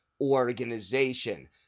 organization